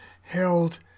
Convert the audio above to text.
held